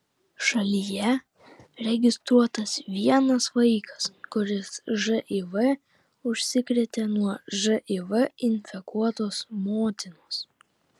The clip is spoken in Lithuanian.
šalyje registruotas vienas vaikas kuris živ užsikrėtė nuo živ infekuotos motinos